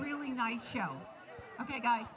really nice show ok guy